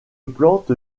plante